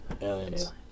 Aliens